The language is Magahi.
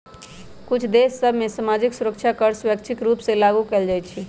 कुछ देश सभ में सामाजिक सुरक्षा कर स्वैच्छिक रूप से लागू कएल जाइ छइ